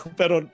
pero